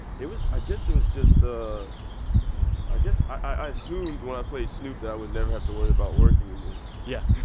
it was i guess it was just ah i guess i assumed when i played snoop that i would never have to worry about working again yeah.